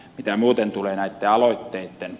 mitä muuten tulee näihin aloitteisiin ed